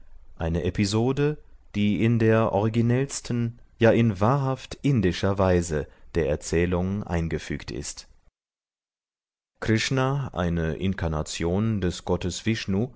eine episode die in der orginellsten ja in wahrhaft indischer weise der erzählung eingefügt ist krishna eine inkarnation des gottes